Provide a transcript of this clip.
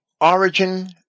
Origin